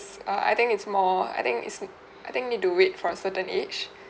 s~ err I think it's more I think it h~ I think need to wait for a certain age